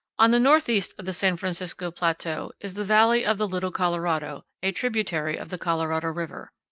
on the northeast of the san francisco plateau is the valley of the little colorado, a tributary of the colorado river.